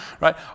Right